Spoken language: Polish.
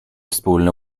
wspólne